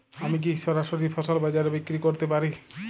আমি কি সরাসরি ফসল বাজারে বিক্রি করতে পারি?